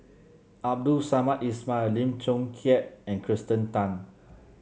Abdul Samad Ismail Lim Chong Keat and Kirsten Tan